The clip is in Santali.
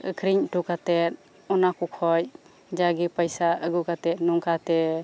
ᱟᱹᱠᱷᱤᱨᱤᱧ ᱚᱴᱚ ᱠᱟᱛᱮᱫ ᱚᱱᱟᱠᱚ ᱠᱷᱚᱱ ᱡᱟᱜᱮ ᱯᱚᱭᱥᱟ ᱟᱹᱜᱩ ᱠᱟᱛᱮᱫ ᱱᱚᱝᱠᱟᱛᱮ